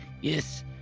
yes